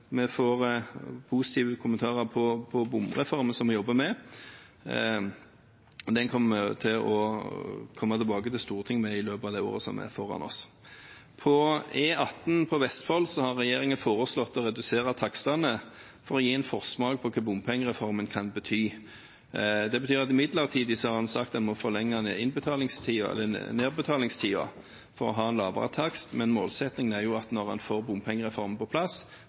vi får positive kommentarer til bompengereformen som vi jobber med. Den kommer vi tilbake til Stortinget med i løpet av året vi har foran oss. Regjeringen har foreslått å redusere takstene på E18 gjennom Vestfold, for å gi en forsmak på hva bompengereformen kan bety. Det betyr at en har sagt at en midlertidig må forlenge nedbetalingstiden for å ha en lavere takst, men målsettingen er jo at når en får bompengereformen på plass,